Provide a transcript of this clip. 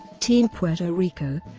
team puerto rico